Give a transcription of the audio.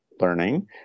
learning